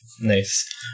Nice